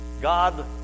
god